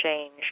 change